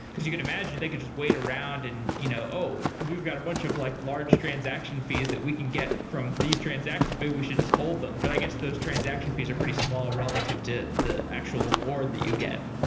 because you could imagine, they could just wait around and, you know oh! we've got a bunch of like large transaction fees that we can get from these transactions. maybe we should just hold them. but i guess those transaction fees are pretty small relative to the actual award that you get.